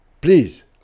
please